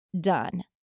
done